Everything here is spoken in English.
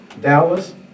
Dallas